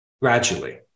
gradually